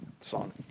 song